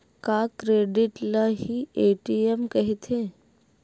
का क्रेडिट ल हि ए.टी.एम कहिथे?